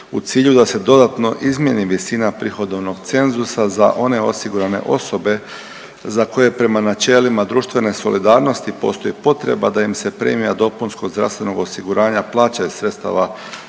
u cilju da se dodatno izmijeni visina prihodovnog cenzusa za one osigurane osobe za koje prema načelima društvene solidarnosti postoji potreba da im se premija dopunskog zdravstvenog osiguranja plaća iz sredstava